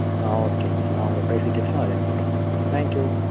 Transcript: ஆ ஓகேங்க நான் உங்கள் பிரைஸ் டீட்டெயில்ஸ்லாம் அதை அனுப்பிவிட்டுறேன் தேங்க்யூ